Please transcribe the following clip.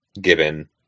given